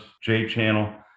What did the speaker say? J-channel